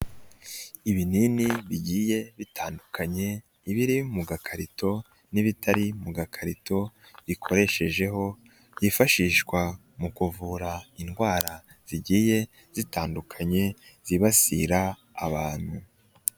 Ibinini bigiye bitandukanye, ibiri mu gakarito n'ibitari mu gakarito bikoreshejeho, byifashishwa mu kuvura indwara zigiye zitandukanye zibasira abantu.